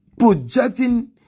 projecting